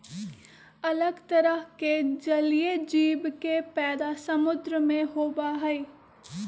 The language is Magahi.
अलग तरह के जलीय जीव के पैदा समुद्र में होबा हई